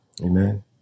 Amen